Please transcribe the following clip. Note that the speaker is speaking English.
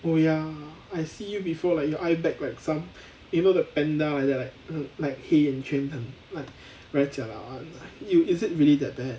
oh ya I see you before like your eye bag like some you know the panda like that like like 黑眼圈很 like very jialat [one] is it really that bad